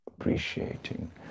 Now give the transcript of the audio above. appreciating